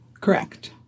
Correct